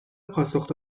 پاسخ